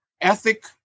ethic